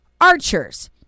Archer's